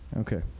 Okay